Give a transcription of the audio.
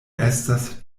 estas